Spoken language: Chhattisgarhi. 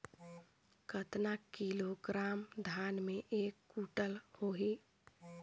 कतना किलोग्राम धान मे एक कुंटल होयल?